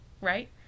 right